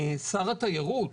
שר התיירות,